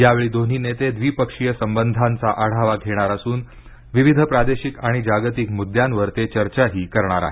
यावेळी दोन्ही नेते द्विपक्षीय संबंधांचा आढावा घेणार असून विविध प्रादेशिक आणि जागतिक मुद्द्यांवर ते चर्चाही करणार आहेत